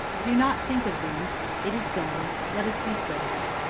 do not think of them it is done let us be friends.